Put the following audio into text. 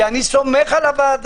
כי אני סומך על הוועדה.